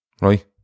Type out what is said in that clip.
right